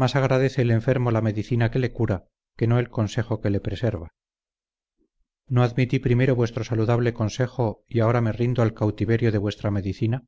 más agradece el enfermo la medicina que le cura que no el consejo que le preserva no admití primero vuestro saludable consejo y ahora me rindo al cautiverio de vuestra medicina